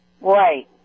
Right